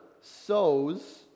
sows